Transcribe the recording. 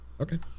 Okay